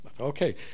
Okay